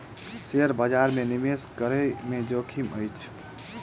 share बजार में निवेश करै में जोखिम अछि